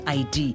id